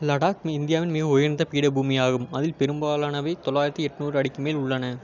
லடாக் இந்தியாவின் மிக உயர்ந்த பீடபூமியாகும் அதில் பெரும்பாலானவை தொள்ளாயிரத்தி எண்நூறு அடிக்கு மேல் உள்ளன